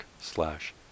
slash